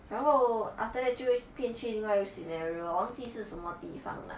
然后 after that 就会变去另外一个 scenario 我忘记是什么地方 lah